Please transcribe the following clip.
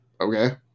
Okay